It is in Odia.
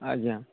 ଆଜ୍ଞା